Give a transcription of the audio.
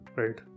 right